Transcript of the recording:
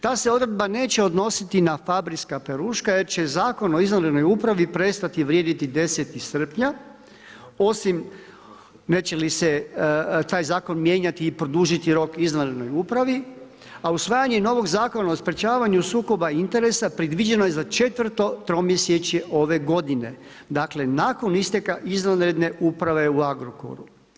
Ta se odredba neće odnositi na Fabrisa Peruška jer će Zakon o izvanrednoj upravi prestati vrijediti 10. srpnja, osim neće li se taj zakon mijenjati i produžiti rok izvanrednoj upravi, a usvajanje novog Zakona o sprečavanju sukoba interesa predviđeno je za četvrto tromjesečje ove godine, dakle nakon isteka izvanredne uprave u Agrokoru.